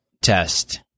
test